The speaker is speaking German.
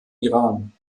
iran